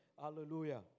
Hallelujah